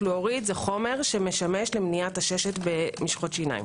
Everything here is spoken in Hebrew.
פלואוריד זה חומר שמשמש למניעת עששת במשחות שיניים